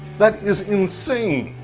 that is insane.